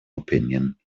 opinion